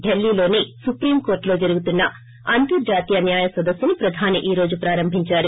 ఢిల్లీలోని సుప్రీం కోర్టులో జరుగుతున్న అంతర్జాతీయ న్యాయ సదస్సును ప్రధాని ఈరోజు ప్రారంభిందారు